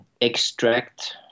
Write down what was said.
extract